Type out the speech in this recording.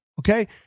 okay